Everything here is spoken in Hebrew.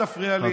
אל תפריע לי,